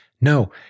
no